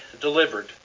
delivered